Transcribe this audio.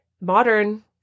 modern